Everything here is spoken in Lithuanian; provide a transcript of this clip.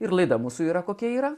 ir laida mūsų yra kokia yra